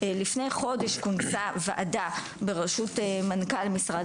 לפני חודש כונסה וועדה ברשות מנכ"ל משרד